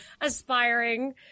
aspiring